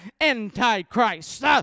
Antichrist